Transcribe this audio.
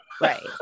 right